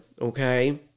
okay